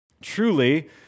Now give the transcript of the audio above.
Truly